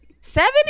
Seven